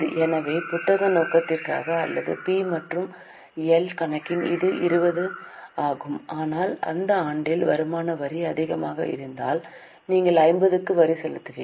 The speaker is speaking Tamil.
எனவே புத்தக நோக்கத்திற்காக அல்லது பி மற்றும் எல் கணக்கிற்கு இது 20 ஆகும் ஆனால் அந்த ஆண்டில் வருமான வரி அதிகமாக இருந்தால் நீங்கள் 50 க்கு வரி செலுத்துவீர்கள்